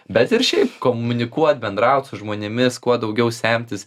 bet ir šiaip komunikuot bendraut su žmonėmis kuo daugiau semtis